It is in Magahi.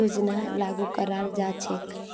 योजना लागू कराल जा छेक